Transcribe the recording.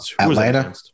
Atlanta